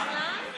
מעייף.